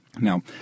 Now